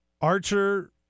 Archer